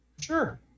Sure